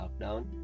lockdown